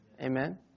Amen